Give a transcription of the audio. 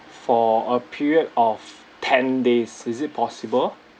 for a period of ten days is it possible